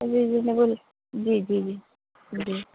جی جی جی جی جی